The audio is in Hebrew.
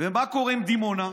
מה קורה עם דימונה?